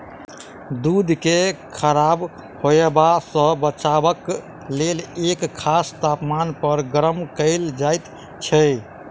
दूध के खराब होयबा सॅ बचयबाक लेल एक खास तापमान पर गर्म कयल जाइत छै